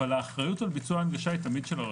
אבל האחריות על ביצוע ההנגשה היא תמיד של הרשות.